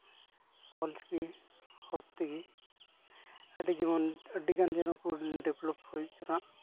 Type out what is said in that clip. ᱚᱞ ᱪᱤᱠᱤ ᱦᱚᱨᱚᱯᱷ ᱛᱮᱜᱮ ᱟᱹᱰᱤ ᱡᱮᱢᱚᱱ ᱟᱹᱰᱤᱜᱟᱱ ᱡᱮᱢᱚᱱ ᱠᱚ ᱰᱮᱵᱷᱞᱚᱯ ᱦᱩᱭ ᱛᱮᱱᱟᱜ